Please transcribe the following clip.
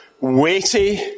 weighty